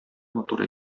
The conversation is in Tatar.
матур